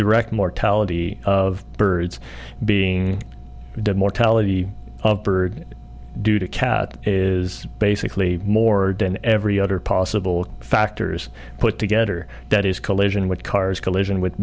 direct mortality of birds being mortality of bird due to cat is basically more than every other possible factors put together that is collision with cars collision with